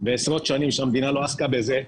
בעשרות שנים שהמדינה לא עסקה בזה.